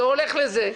זה הולך לזה.